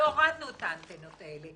והורדנו את האנטנות האלה.